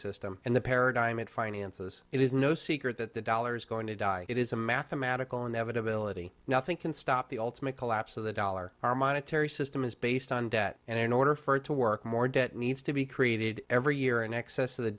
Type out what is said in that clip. system and the paradigm it finances it is no secret that the dollars going to die it is a mathematical inevitability nothing can stop the ultimate collapse of the dollar our monetary system is based on debt and in order for it to work more debt needs to be created every year in excess of the